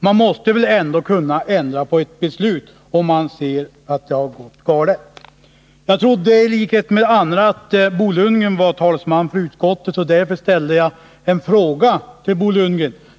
Man måste väl ändå kunna ändra på ett beslut om man ser att det har gått galet. Jag trodde i likhet med andra att Bo Lundgren var talesman för utskottet, och därför ställde jag en fråga till honom.